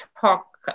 talk